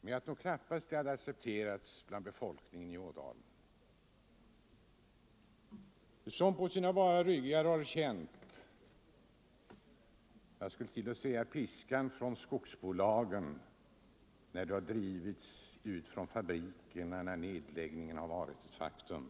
men jag tror knappast att det hade accepterats av människorna i Ådalen som på sina bara ryggar har känt piskan från skogsbolagen när de har drivits ut från fabrikerna då nedläggningarna har varit ett faktum.